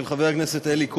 של חבר הכנסת אלי כהן,